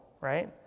right